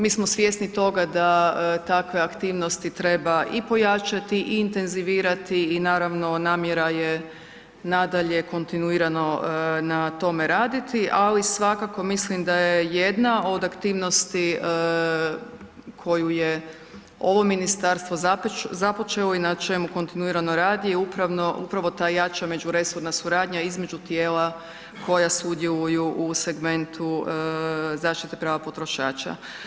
Mi smo svjesni toga da takve aktivnosti treba i pojačati i intenzivirati i naravno, namjera je nadalje kontinuirano na tome raditi, ali svakako mislim da je jedna od aktivnosti koju je ovo ministarstvo započelo i na čemu kontinuirano radi je upravo ta jača međuresorna suradnja između tijela koja sudjeluju u segmentu zaštite prava potrošača.